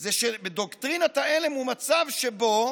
זה שדוקטרינת ההלם היא מצב שבו